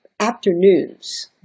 Afternoons